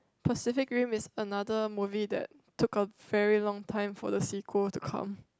Pacific Rim is another movie that took a very long time for the sequel to come